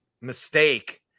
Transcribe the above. mistake